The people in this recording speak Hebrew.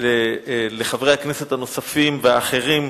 ואז לחברי הכנסת הנוספים והאחרים,